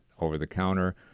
over-the-counter